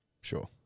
Sure